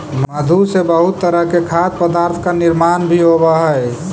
मधु से बहुत तरह के खाद्य पदार्थ का निर्माण भी होवअ हई